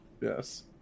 yes